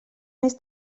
més